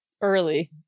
early